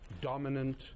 dominant